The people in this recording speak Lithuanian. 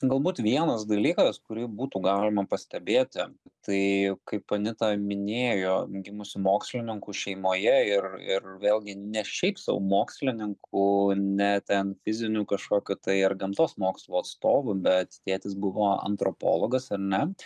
galbūt vienas dalykas kurį būtų galima pastebėti tai kaip anita minėjo gimusi mokslininkų šeimoje ir ir vėlgi ne šiaip sau mokslininkų ne ten fizinių kažkokių tai ar gamtos mokslo atstovų bet tėtis buvo antropologas ar ne